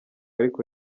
ariko